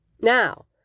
Now